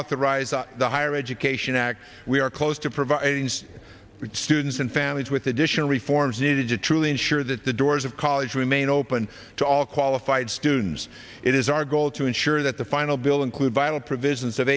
reauthorize the higher education act we are close to provide things students and families with additional reforms needed to truly ensure that the doors of college remain open to all qualified students it is our goal to ensure that the final bill include vital provisions of